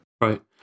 Right